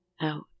out